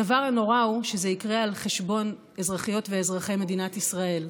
הדבר הנורא הוא שזה יקרה על חשבון אזרחיות ואזרחי מדינת ישראל,